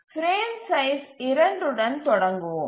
frame size 2 உடன் தொடங்குவோம்